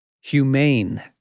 humane